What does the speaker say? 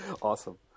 awesome